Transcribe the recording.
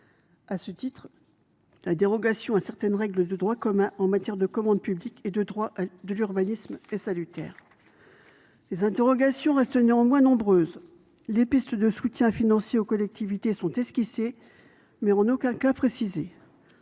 À ce titre, la dérogation à certaines règles de droit commun en matière de commande publique et de droit de l’urbanisme est salutaire. Les interrogations restent néanmoins nombreuses. Les pistes de soutien financier aux collectivités sont esquissées, mais en aucun cas précisées.